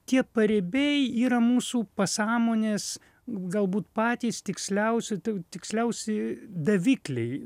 tie paribiai yra mūsų pasąmonės galbūt patys tiksliausi ti tiksliausiai davikliai